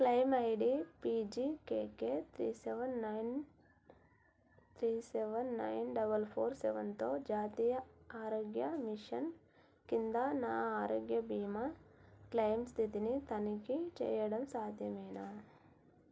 claim ID PGKK three seven nine three seven nine double four సెవెన్తో జాతీయ ఆరోగ్యా mission కింద నా ఆరోగ్య భీమా క్లయమ్ స్థితిని తనిఖీ చేయడం సాధ్యమేనా